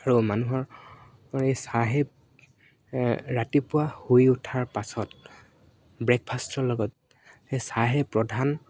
আৰু মানুহৰ এই চাহে ৰাতিপুৱা শুই উঠাৰ পাছত ব্ৰেকফাষ্টৰ লগত সেই চাহে প্ৰধান